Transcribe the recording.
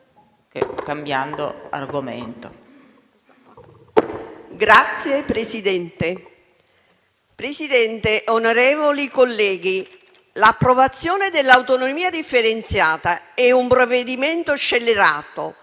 *(M5S)*. Signor Presidente, onorevoli colleghi, l'approvazione dell'autonomia differenziata è un provvedimento scellerato,